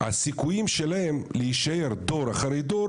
הסיכויים שלהם להישאר דור אחרי דור,